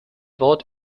wort